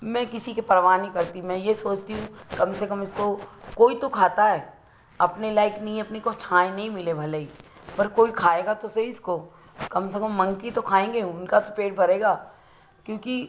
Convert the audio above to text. मैं किसी की परवाह नहीं करती मैं यह सोचती हूँ कम से कम इसको कोई तो खाता है अपने लायक नहीं अपने को छाव नहीं मिले भले ही पर कोई खाएगा तो सही इसको कम से कम मंकी तो खाएँगे उनका तो पेट भरेगा क्योंकि